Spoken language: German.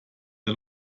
der